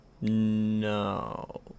No